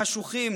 חשוכים,